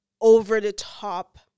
over-the-top